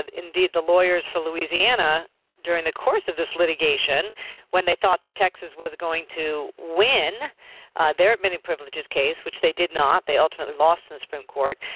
indeed the lawyers for louisiana during the course of this litigation when they thought that texas was going to win their many privileges case which they did not they ultimately lost the supreme court.